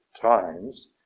times